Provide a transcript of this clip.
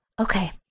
okay